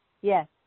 Yes